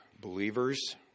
believers